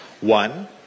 One